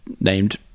named